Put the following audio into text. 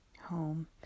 home